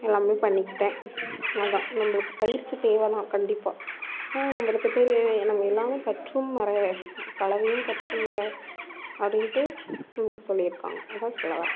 எல்லாமே பண்ணிக்கிட்டேன் அதுதான் நம்மளுக்கு பயிற்சி தேவைதான் கண்டிப்பாக ஏன்னா நம்மளுக்கு தெரியும் ஏன்னா நம்ம எல்லாமே கற்றும் மறவே களவையும் கற்று மற அப்படின்ட்டு நம்மளுக்கு சொல்லியிருக்காங்க அதுதான் சொல்ல வரேன்